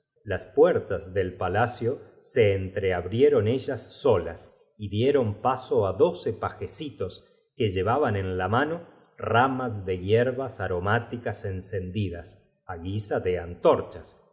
las puertas del palacio se en echandose al cuello de liaria exclamaron treabrieron ellas solas y dieron paso á oh noble libertadora de nuestro bien doce pajecitos que llevaban en la mano ramas de hierbas aromáticas encendidas á señorita silberhausl guisa de antorchas